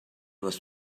was